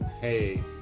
Hey